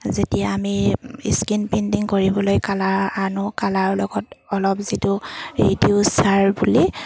যেতিয়া আমি screen painting কৰিবলৈ কালাৰ আনো কালাৰৰ লগত অলপ যিটো ৰিডিউচাৰ বুলি